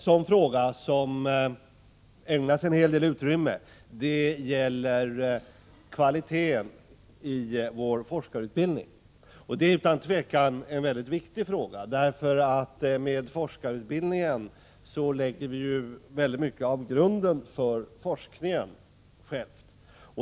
En fråga som ägnas en hel del utrymme gäller kvaliteten i vår forskarutbildning. Det är utan tvivel en mycket viktig fråga. Med forskarutbildningen lägger vi en stor del av grunden för forskningen.